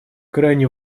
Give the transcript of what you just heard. крайне